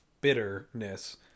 bitterness